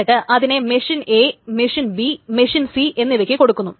എന്നിട്ട് അതിനെ machine A machine B machine C എന്നിവക്ക് കൊടുക്കുന്നു